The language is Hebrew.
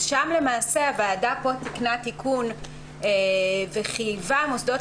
הוועדה הזאת תיקנה תיקון וחייבה מוסדות